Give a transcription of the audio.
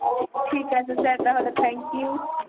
ঠিক আছে স্যার তাহলে থ্যাংক ইউ